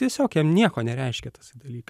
tiesiog jam nieko nereiškia tas dalykas